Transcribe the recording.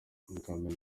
ukamenya